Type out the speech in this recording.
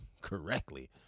correctly